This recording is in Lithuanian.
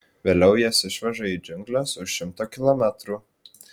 vėliau jas išveža į džiungles už šimto kilometrų